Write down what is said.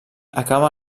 acaba